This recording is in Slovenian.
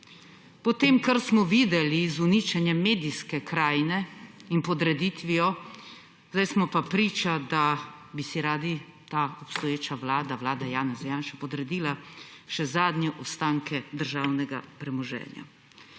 Po tem, kar smo videli z uničenjem medijske krajine in podreditvijo, smo zdaj priče, da bi si rada ta obstoječa Vlada, vlada Janeza Janše, podredila še zadnje ostanke državnega premoženja.